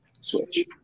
switch